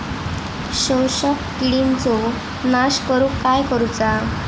शोषक किडींचो नाश करूक काय करुचा?